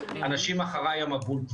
אנשים נמצאים בתחושה של: אחריי המבול.